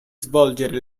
svolgere